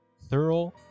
thorough